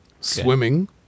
swimming